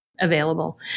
Available